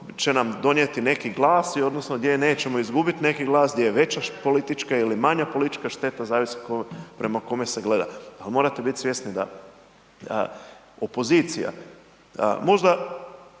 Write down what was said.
će nam donijeti neki glas odnosno gdje nećemo izgubit neki glas, gdje je veća politička ili manja politička šteta, zavisi tko prema kome se gleda ali morate bit svjesni da opozicija nema